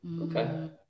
Okay